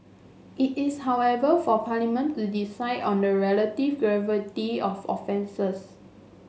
it is however for Parliament to decide on the relative gravity of offences